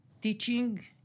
teaching